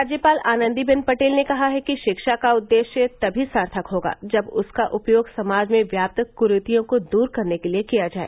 राज्यपाल आनंदीबेन पटेल ने कहा है कि शिक्षा का उद्देश्य तभी सार्थक होगा जब उसका उपयोग समाज में व्याप्त क्रूतियों को दूर करने के लिए किया जाए